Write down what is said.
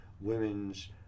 women's